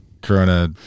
corona